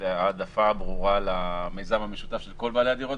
ההעדפה הברורה למיזם המשותף של כל בעלי הדירות,